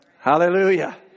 Hallelujah